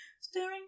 staring